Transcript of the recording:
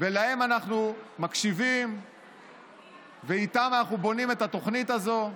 ולהם אנחנו מקשיבים ואיתם אנחנו בונים את התוכנית הזו.